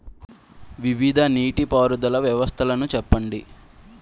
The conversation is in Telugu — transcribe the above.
వివిధ నీటి పారుదల వ్యవస్థలను చెప్పండి?